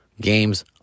games